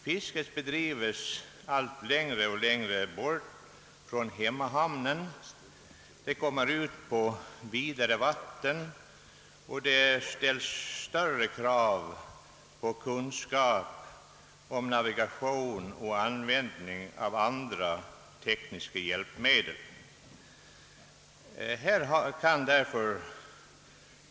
Fisket bedrivs allt längre bort från hemmahamnen. Man kommer ut på vidare vatten, och det ställs större krav på kunskap om na vigation och användning av tekniska hjälpmedel.